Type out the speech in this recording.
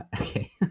Okay